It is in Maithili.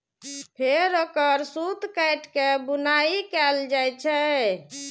फेर ओकर सूत काटि के बुनाइ कैल जाइ छै